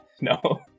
no